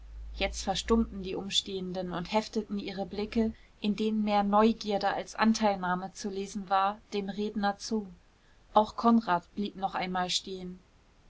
jetzt verstummten die umstehenden und hefteten ihre blicke in denen mehr neugierde als anteilnahme zu lesen war dem redner zu auch konrad blieb noch einmal stehen